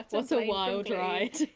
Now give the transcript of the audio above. that's so a wild ride.